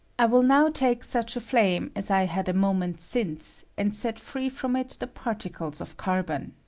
i will now take such a flame as i had a mo ment since, and set free from it the particles of carbon.